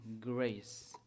grace